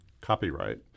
copyright